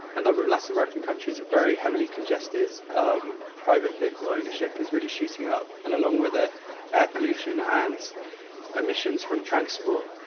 a number of latin american countries are very heavily congested. um private vehicle ownership is really shooting up and along with the air pollution and emissions from transport.